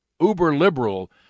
uber-liberal